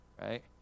right